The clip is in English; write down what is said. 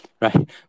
right